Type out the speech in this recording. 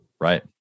Right